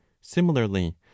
similarly